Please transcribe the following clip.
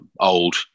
Old